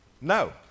No